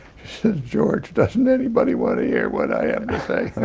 she says, george, doesn't anybody want to hear what i have to say?